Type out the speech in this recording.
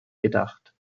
gedacht